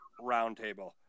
Roundtable